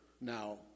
now